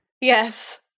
Yes